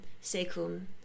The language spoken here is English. secum